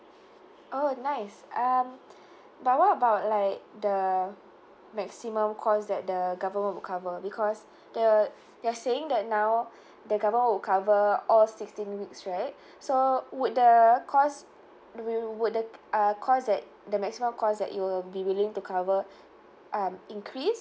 oh nice um but what about like the maximum cost that the government will cover because they're they're saying that now the government will cover all sixteen weeks right so would the cost wou~ would the uh cost that the maximum cost that you'll be willing to cover um increase